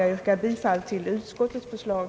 Jag yrkar bifall till utskottets förslag.